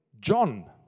John